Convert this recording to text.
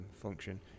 function